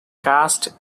cast